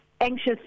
anxious